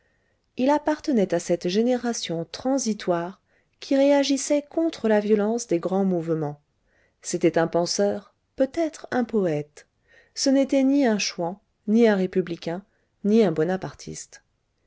il appartenait à cette génération transitoire qui réagissait contre la violence des grands mouvements c'était un penseur peut-être un poète ce n'était ni un chouan ni un républicain ni un bonapartiste